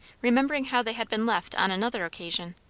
remembering how they had been left on another occasion,